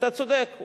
אתה צודק,